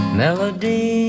melody